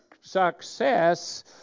success